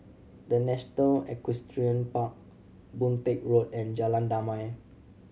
The National Equestrian Park Boon Teck Road and Jalan Damai